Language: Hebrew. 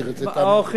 תאמין לי.